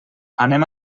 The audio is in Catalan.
anem